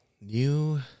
New